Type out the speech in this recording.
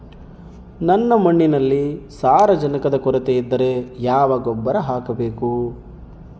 ನನ್ನ ಮಣ್ಣಿನಲ್ಲಿ ಸಾರಜನಕದ ಕೊರತೆ ಇದ್ದರೆ ಯಾವ ಗೊಬ್ಬರ ಹಾಕಬೇಕು?